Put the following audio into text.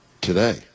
Today